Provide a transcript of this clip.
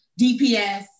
DPS